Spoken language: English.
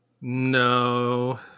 No